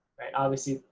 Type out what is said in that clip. right, obviously,